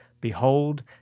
Behold